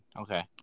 okay